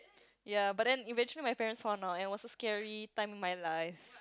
ya but then eventually my parent found out and was a scary time my life